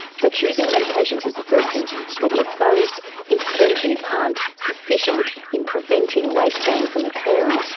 so choosing medications is the first thing but if those interventions aren't sufficient in preventing weight gain from occurring,